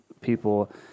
people